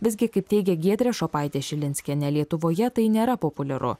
visgi kaip teigia giedrė šopaitė šilinskienė lietuvoje tai nėra populiaru